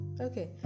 Okay